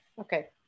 okay